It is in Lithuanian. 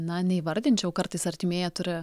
na neįvardinčiau kartais artimieji turi